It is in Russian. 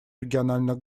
региональных